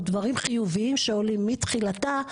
או דברים חיוביים שעולים מתחילתה,